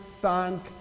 thank